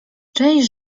część